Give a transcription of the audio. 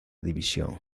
división